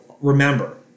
remember